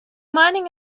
mining